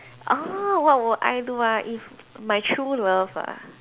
orh what would I do [ah]if my true love ah